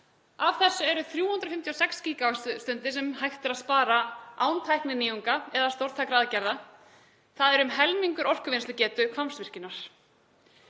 Af þessu eru 356 GWst sem hægt er að spara án tækninýjunga eða stórtækra aðgerða. Það er um helmingur orkuvinnslugetu Hvammsvirkjunar.